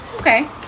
Okay